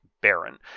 Baron